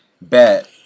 bet